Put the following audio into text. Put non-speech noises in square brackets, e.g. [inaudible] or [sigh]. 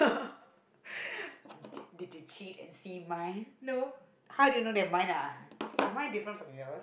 [breath] no